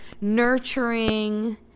nurturing